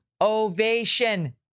ovation